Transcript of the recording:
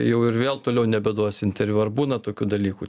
jau ir vėl toliau nebeduos interviu ar būna tokių dalykų